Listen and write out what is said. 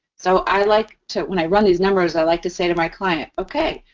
so, i like to, when i run these numbers, i like to say to my client, okay,